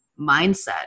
mindset